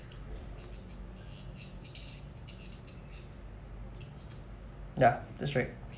ya that's right